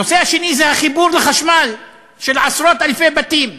הנושא השני הוא החיבור לחשמל של עשרות-אלפי בתים.